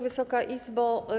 Wysoka Izbo!